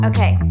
Okay